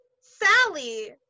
Sally